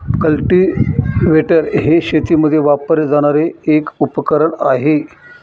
cultivator हे शेतीमध्ये वापरले जाणारे एक उपकरण आहे